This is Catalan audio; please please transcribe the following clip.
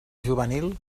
juvenil